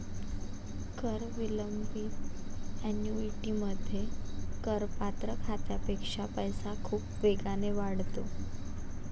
कर विलंबित ऍन्युइटीमध्ये, करपात्र खात्यापेक्षा पैसा खूप वेगाने वाढतो